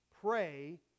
Pray